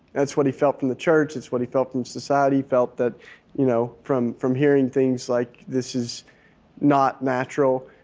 that's what he felt from the church, that's what he felt from society. he felt that you know from from hearing things like this is not natural.